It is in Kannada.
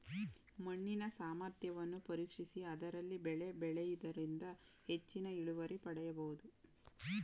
ಮಣ್ಣಿನ ಸಾಮರ್ಥ್ಯವನ್ನು ಪರೀಕ್ಷಿಸಿ ಅದರಲ್ಲಿ ಬೆಳೆ ಬೆಳೆಯೂದರಿಂದ ಹೆಚ್ಚಿನ ಇಳುವರಿ ಪಡೆಯಬೋದು